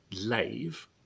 Lave